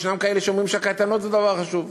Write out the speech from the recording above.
יש כאלה שאומרים שהקייטנות זה דבר חשוב,